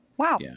Wow